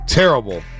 terrible